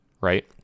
right